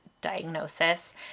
diagnosis